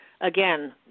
Again